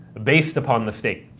based upon the state.